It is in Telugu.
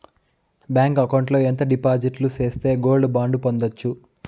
బ్యాంకు అకౌంట్ లో ఎంత డిపాజిట్లు సేస్తే గోల్డ్ బాండు పొందొచ్చు?